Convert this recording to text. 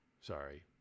Sorry